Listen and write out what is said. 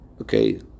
Okay